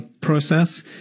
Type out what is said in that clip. process